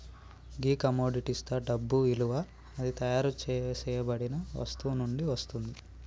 గీ కమొడిటిస్తా డబ్బు ఇలువ అది తయారు సేయబడిన వస్తువు నుండి వస్తుంది